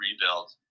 rebuild